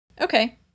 Okay